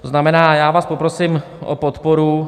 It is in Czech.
To znamená, já vás poprosím o podporu.